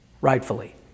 rightfully